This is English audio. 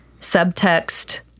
Subtext